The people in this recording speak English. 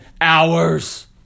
hours